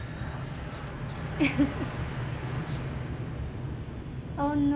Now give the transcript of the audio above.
oh no